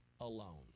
alone